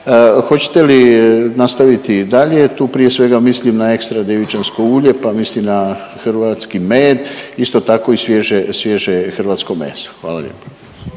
Hoćete li nastaviti i dalje? Tu prije svega mislim na ekstra djevičansko ulje, pa mislim na hrvatski med, isto tako i svježe hrvatsko meso. Hvala lijepa.